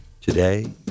Today